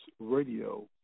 Radio